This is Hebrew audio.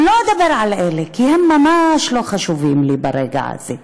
לא אדבר על אלה, כי הם ממש לא חשובים לי ברגע הזה.